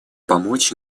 помочь